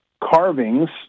carvings